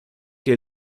que